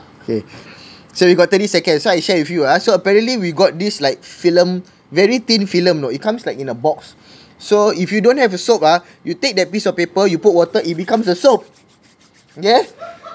okay so you got thirty seconds so I share with you ah so apparently we got this like film very thin film you know it comes like in a box so if you don't have a soap ah you take that piece of paper you put water it becomes a soap okay